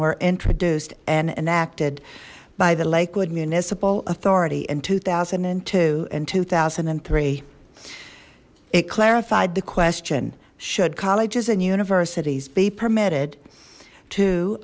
were introduced and enacted by the lakewood municipal authority in two thousand and two and two thousand and three it clarified the question should colleges and universities be permitted to